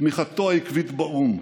תמיכתו העקבית באו"ם,